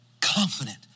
Confident